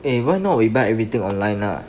eh why not we buy everything online lah